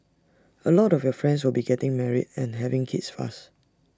A lot of your friends will be getting married and having kids fast